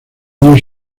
años